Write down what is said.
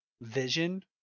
vision